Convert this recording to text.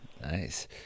Nice